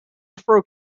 afro